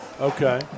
Okay